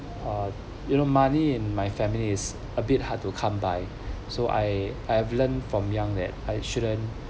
uh you know money in my family is a bit hard to come by so I I have learnt from young that I shouldn't